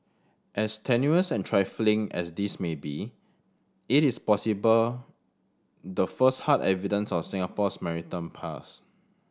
as tenuous and trifling as this may be it is possible the first hard evidence of Singapore's maritime past